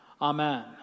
amen